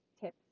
tips